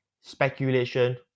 speculation